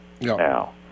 now